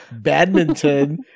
badminton